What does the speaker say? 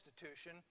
institution